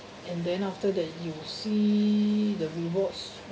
and then after that you see the rewards